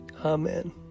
Amen